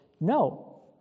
no